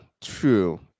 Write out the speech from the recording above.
True